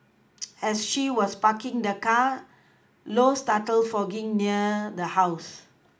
as she was parking the car low started fogging near the house